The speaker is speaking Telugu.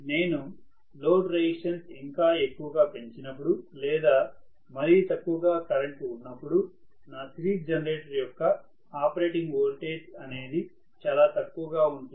నేను లోడ్ రెసిస్టెన్స్ ఇంకా ఎక్కువ గా పెంచినపుడు లేదా మరీ తక్కువ గా కరెంట్ ఉన్నప్పుడు నా సిరీస్ జెనరేటర్ యొక్క ఆపరేటింగ్ వోల్టేజ్ అనేది చాలా తక్కువగా ఉంటుంది